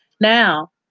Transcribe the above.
Now